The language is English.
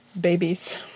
babies